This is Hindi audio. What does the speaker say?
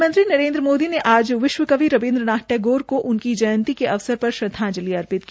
प्रधानमंत्री नरेन्द्र मोदी ने आज विश्वकवि रविन्द्र नाथ टैगोर को उनकी जयंती के अवसर पर श्रद्वांजलि अर्पित की